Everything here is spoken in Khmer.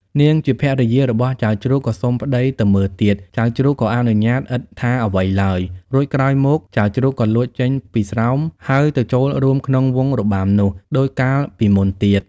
នាងជាភរិយារបស់ចៅជ្រូកក៏សុំប្ដីទៅមើលទៀត ចៅជ្រូកក៏អនុញ្ញាឥតថាអ្វីឡើយ រួចក្រោយមកចៅជ្រូកក៏លួចចេញពីស្រោម ហើយទៅចូលរួមក្នុងវង់របាំនោះ ដូចកាលពីមុនទៀត។